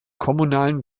kommunalen